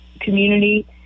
community